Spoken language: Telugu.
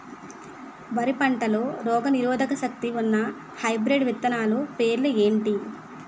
వరి పంటలో రోగనిరోదక శక్తి ఉన్న హైబ్రిడ్ విత్తనాలు పేర్లు ఏంటి?